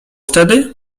wtedy